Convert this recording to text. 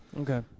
okay